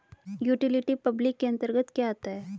Utility public के अंतर्गत क्या आता है?